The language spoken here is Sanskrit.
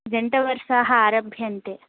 जण्टवरसाः आरभ्यन्ते